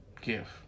Give